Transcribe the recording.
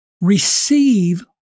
receive